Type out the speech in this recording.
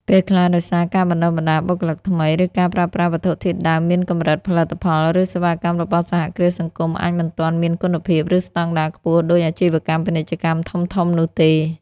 ពេលខ្លះដោយសារការបណ្តុះបណ្តាលបុគ្គលិកថ្មី ឬការប្រើប្រាស់វត្ថុធាតុដើមមានកម្រិត ផលិតផល ឬសេវាកម្មរបស់សហគ្រាសសង្គមអាចមិនទាន់មានគុណភាព ឬស្តង់ដារខ្ពស់ដូចអាជីវកម្មពាណិជ្ជកម្មធំៗនោះទេ។